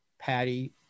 Patty